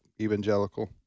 evangelical